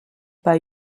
pas